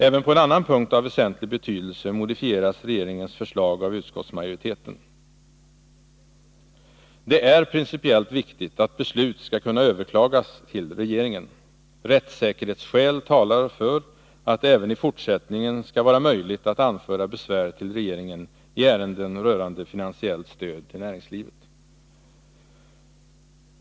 Även på en annan punkt av väsentlig betydelse modifieras regeringens förslag av utskottsmajoriteten. Det är principiellt viktigt att beslut skall kunna överklagas till regeringen. Rättssäkerhetsskäl talar för att det även i fortsättningen skall vara möjligt att anföra besvär till regeringen i ärenden rörande finansiellt stöd till näringslivet.